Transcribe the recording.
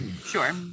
Sure